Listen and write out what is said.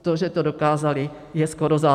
To, že to dokázali, je skoro zázrak.